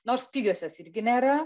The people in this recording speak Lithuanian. nors pigios jos irgi nėra